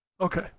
Okay